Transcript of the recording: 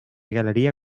galeria